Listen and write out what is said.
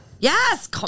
Yes